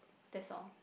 that's all